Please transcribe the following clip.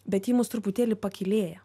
bet ji mus truputėlį pakylėja